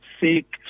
seek